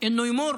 שיעבור